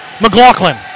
McLaughlin